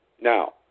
Now